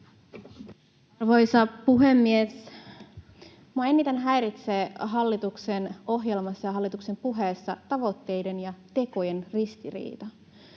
Arvoisa puhemies! Minua eniten häiritsee hallituksen ohjelmassa ja hallituksen puheissa tavoitteiden ja tekojen ristiriita.